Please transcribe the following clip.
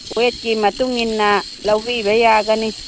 ꯋꯦꯠꯀꯤ ꯃꯇꯨꯡ ꯏꯟꯅ ꯂꯧꯕꯤꯕ ꯌꯥꯒꯅꯤ